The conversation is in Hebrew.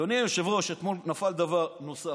אדוני היושב-ראש, אתמול נפל דבר נוסף.